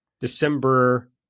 December